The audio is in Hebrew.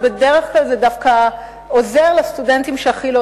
ובדרך כלל זה דווקא עוזר לסטודנטים שהכי לא